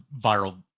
viral